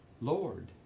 Lord